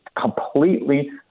completely